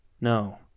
No